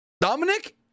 Dominic